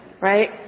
right